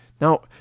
Now